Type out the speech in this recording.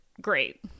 great